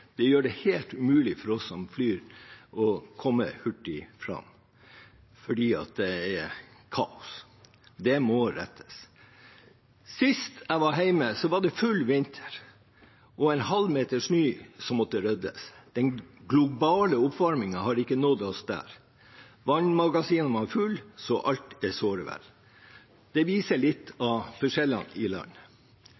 umulig for oss som flyr, å komme hurtig fram, fordi det er kaos. Det må rettes opp. Sist jeg var hjemme, var det full vinter og en halvmeter med snø som måtte ryddes. Den globale oppvarmingen har ikke nådd oss der. Vannmagasinene er fulle, så alt er såre vel. Det viser litt